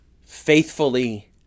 Faithfully